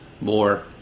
more